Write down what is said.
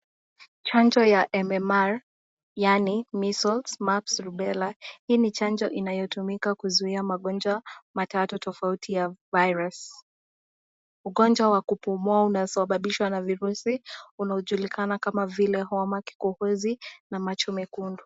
Chanjo ya MMR,yaani measles, mumps, rubella. Hii ni chanjo inayotumika kuzuia magonjwa matatu tofauti ya virus ,ugonjwa wa kupumua unasababishwa na virusi unaojulikana kama homa, kikohozi na macho mekundu.